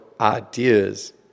ideas